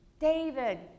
David